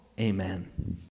amen